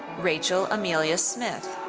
rachel amelia smith.